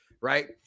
right